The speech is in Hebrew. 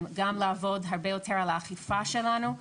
גם לעבוד הרבה יותר על האכיפה שלנו,